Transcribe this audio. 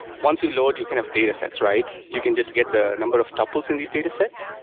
once you load, you can have datasets, right? you can just get the number of topples in these datasets.